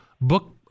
book